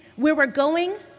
where we're going,